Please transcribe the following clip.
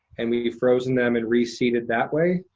and we'd frozen them and reseeded that way.